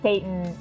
Satan